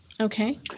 Okay